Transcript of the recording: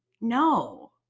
No